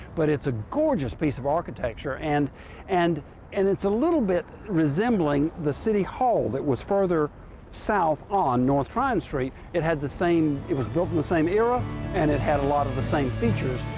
but it's a gorgeous piece of architecture and and and it's a little bit resembling the city hall that was further south on north tryon street. it had the same it was built in the same era and it had a lot of the same features.